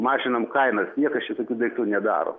mažinam kainas niekas čia tokių daiktų nedaro